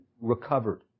recovered